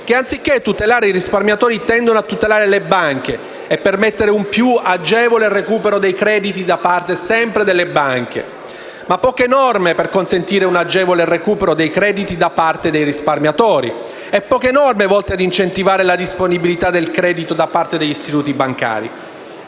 che, anziché tutelare i risparmiatori, tendono a tutelare le banche e a permettere un più agevole recupero dei crediti sempre da parte delle stesse; ma poche sono le norme volte a consentire un agevole recupero dei crediti da parte dei risparmiatori e a incentivare la disponibilità del credito da parte degli istituti bancari.